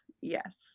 yes